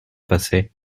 passait